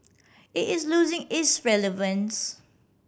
it is losing its relevance